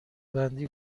بندی